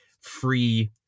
free